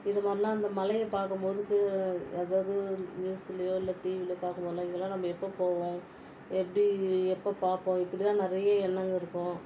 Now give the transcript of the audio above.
இதுமாதிரில்லாம் இந்த மலையை பார்க்கும் போது கீழே அதாவது நியூஸ்லையோ இல்லை டிவிலையோ பார்க்கும் போதெலாம் இங்கே எல்லாம் நம்ப எப்போது போவோம் எப்படி எப்போ பார்ப்போம் இப்படிதான் தான் நிறைய எண்ணம் இருக்கும்